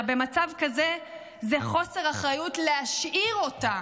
אלא במצב כזה זה חוסר אחריות להשאיר אותה.